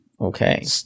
okay